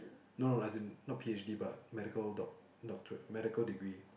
no no as in not P_H_D but medical doc~ doctorate medical degree